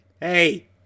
Hey